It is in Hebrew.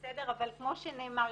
אבל כמו שנאמר,